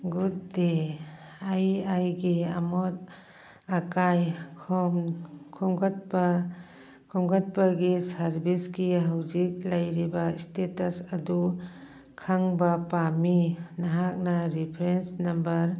good day ꯑꯩ ꯑꯩꯒꯤ ꯑꯃꯣꯠ ꯑꯀꯥꯏ ꯈꯣꯝꯒꯠꯄ ꯈꯣꯝꯒꯠꯄꯒꯤ ꯁꯥꯔꯕꯤꯁꯀꯤ ꯍꯧꯖꯤꯛ ꯂꯩꯔꯤꯕ ꯏꯁꯇꯦꯇꯁ ꯑꯗꯨ ꯈꯪꯕ ꯄꯥꯝꯃꯤ ꯅꯍꯥꯛꯅ ꯔꯤꯐ꯭ꯔꯦꯟꯁ ꯅꯝꯕꯔ